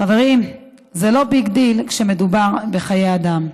חברים, זה לא ביג דיל כשמדובר בחיי אדם.